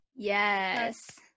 Yes